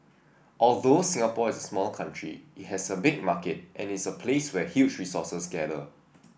although Singapore is a small country it has a big market and its a place where huge resources gather